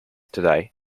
today